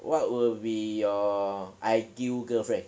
what would be your ideal girlfriend